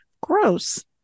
gross